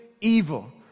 evil